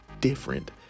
different